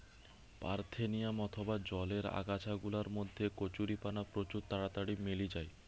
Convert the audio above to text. parthenium অথবা জলের আগাছা গুলার মধ্যে কচুরিপানা প্রচুর তাড়াতাড়ি মেলি যায়